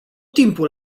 timpul